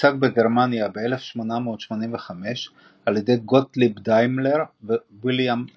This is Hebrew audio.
הוצג בגרמניה ב-1885 על ידי גוטליב דיימלר ווילהלם מייבאך.